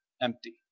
empty